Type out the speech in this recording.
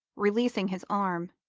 releasing his arm.